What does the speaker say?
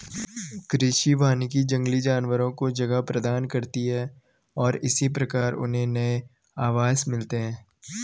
कृषि वानिकी जंगली जानवरों को जगह प्रदान करती है और इस प्रकार उन्हें नए आवास मिलते हैं